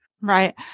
Right